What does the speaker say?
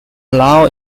law